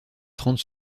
trente